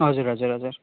हजुर हजुर हजुर